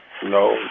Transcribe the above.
No